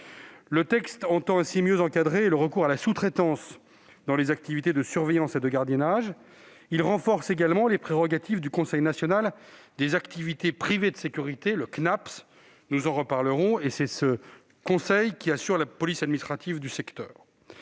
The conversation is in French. Le texte entend mieux encadrer le recours à la sous-traitance dans les activités de surveillance et de gardiennage. Il renforce également les prérogatives du Conseil national des activités privées de sécurité (Cnaps), qui assure la police administrative du secteur.